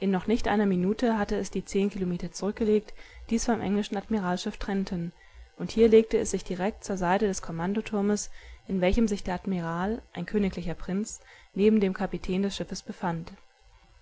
in noch nicht einer minute hatte es die zehn kilometer zurückgelegt die es vom englischen admiralsschiff trennten und hier legte es sich direkt zur seite des kommandoturmes in welchem sich der admiral ein königlicher prinz neben dem kapitän des schiffes befand